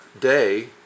day